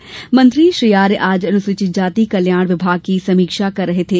राज्य मंत्री श्री आर्य आज अनुसूचित जाति कल्याण विभाग की समीक्षा कर रहे थे